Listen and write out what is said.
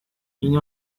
این